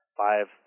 five